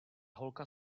holka